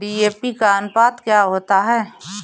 DAP का अनुपात क्या होता है?